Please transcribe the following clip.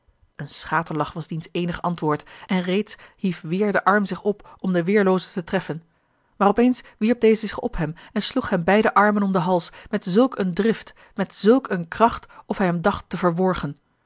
een schaterlach was diens eenig antwoord en reeds hief weêr de arm zich op om den weerlooze te treffen maar op ééns wierp deze zich op hem en sloeg hem beide armen om den hals met zulk eene drift met zulk eene kracht of hij hem dacht te verworgen